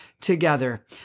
together